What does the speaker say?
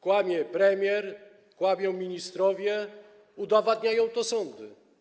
Kłamie premier, kłamią ministrowie, udowadniają to sądy.